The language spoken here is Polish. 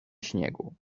śniegu